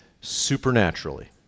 supernaturally